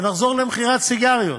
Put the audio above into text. ונחזור למכירת סיגריות.